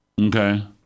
Okay